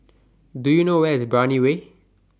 Do YOU know Where IS Brani Way